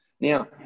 Now